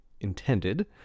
intended